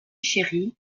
chéri